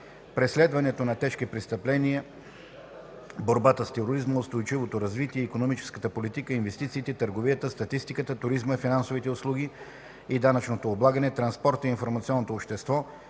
преследването на тежки престъпления, борбата с тероризма, устойчивото развитие, икономическата политика, инвестициите, търговията, статистиката, туризма, финансовите услуги и данъчното облагане, транспорта и информационното общество,